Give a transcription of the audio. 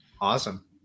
Awesome